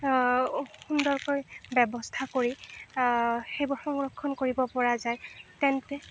সুন্দৰকৈ ব্যৱস্থা কৰি সেইবোৰ সংৰক্ষণ কৰিব পৰা যায় তেন্তে